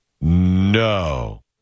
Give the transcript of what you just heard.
No